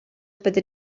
byddet